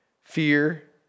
fear